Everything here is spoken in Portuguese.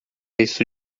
isso